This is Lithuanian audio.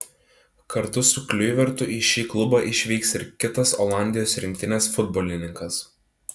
kartu su kliuivertu į šį klubą išvyks ir kitas olandijos rinktinės futbolininkas